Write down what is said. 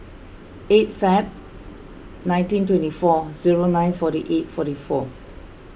eight Feb nineteen twenty four zero nine forty eight forty four